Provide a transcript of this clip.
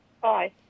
bye